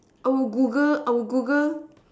oh Google our Google